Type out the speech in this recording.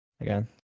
again